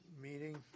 meeting